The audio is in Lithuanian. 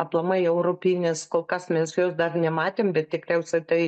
aplamai europinės kol kas mes jos dar nematėm bet tikriausia tai